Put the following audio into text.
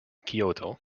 kyoto